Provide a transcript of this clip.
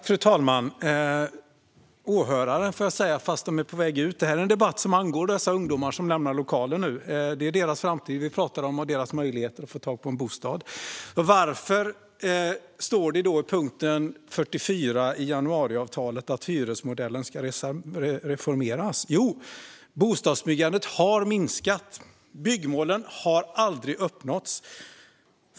Fru talman! Åhörare, får jag säga fast de är på väg ut - detta är en debatt som angår de ungdomar som lämnar lokalen nu. Det är deras framtid och deras möjligheter att få tag på en bostad vi talar om. Varför står det i punkt 44 i januariavtalet att hyresmodellen ska reformeras? Jo, bostadsbyggandet har minskat. Byggmålen har aldrig uppnåtts.